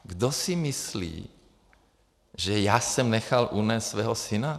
Kdo si myslí, že já jsem nechal unést svého syna?